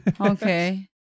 Okay